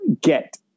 get